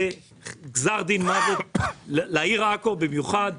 זה גזר דין מוות לעיר עכו במיוחד,